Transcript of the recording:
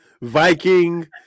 Viking